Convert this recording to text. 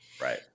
Right